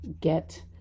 get